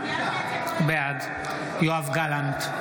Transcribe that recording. בעד יואב גלנט,